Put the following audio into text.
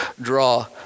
draw